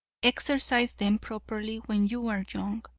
exercise them properly when you are young.